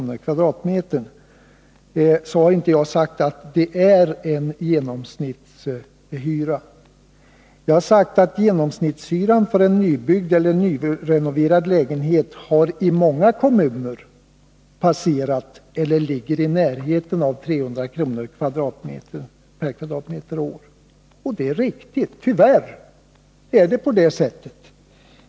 per kvadratmeter — har jag inte sagt att denna hyra är en genomsnittshyra. Vad jag har sagt är att genomsnittshyran för en nybyggd eller nyrenoverad lägenhet i många kommuner har passerat eller ligger i närheten av 300 kr. per kvadratmeter och år. Och det är riktigt. Tyvärr är det på det sättet.